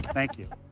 thank you.